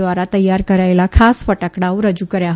દ્વારા તૈયાર કરાયેલા ખાસ ફટાકડાઓ રજૂ કર્યા હતા